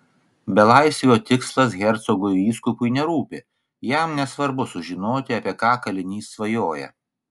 belaisvio tikslas hercogui vyskupui nerūpi jam nesvarbu sužinoti apie ką kalinys svajoja